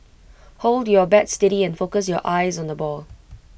hold your bat steady and focus your eyes on the ball